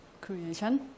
creation